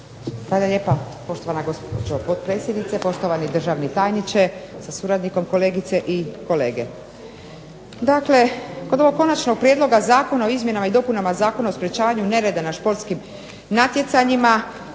Hvala lijepa, poštovana gospođo potpredsjednice. Poštovani državni tajniče sa suradnikom, kolegice i kolege. Dakle, kod ovog Konačnog prijedloga zakona o izmjenama i dopunama Zakona o sprečavanju nereda na športskim natjecanjima